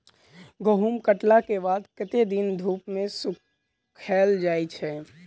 गहूम कटला केँ बाद कत्ते दिन धूप मे सूखैल जाय छै?